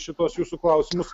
šituos jūsų klausimus